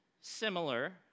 similar